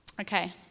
Okay